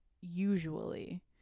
usually